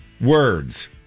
words